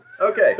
Okay